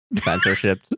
Censorship